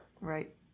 Right